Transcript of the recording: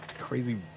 crazy